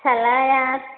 फिसाज्लाया